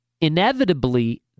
inevitably